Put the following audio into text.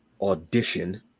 audition